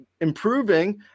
improving